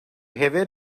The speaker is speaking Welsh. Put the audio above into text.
hefyd